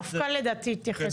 לדעתי המפכ"ל יתייחס לזה.